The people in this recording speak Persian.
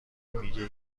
میگه